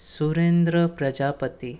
Surendra Prajapati